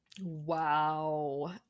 Wow